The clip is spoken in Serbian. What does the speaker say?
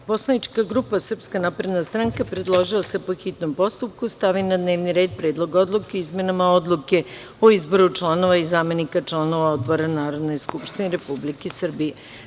Poslanička grupa SNS predložila je da se, po hitnom postupku, stavi na dnevni red Predlog odluke o izmenama Odluke o izboru članova i zamenika članova odbora Narodne skupštine Republike Srbije.